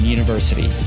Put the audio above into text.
University